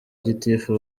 gitifu